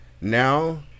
now